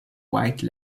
white